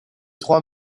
trois